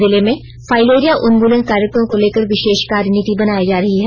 जिले में फाइलेरिया उन्मुलन कार्यक्रम को लेकर विशेष कार्यनीति बनायी जा रही है